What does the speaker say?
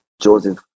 Joseph